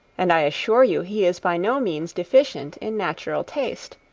and i assure you he is by no means deficient in natural taste,